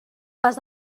pas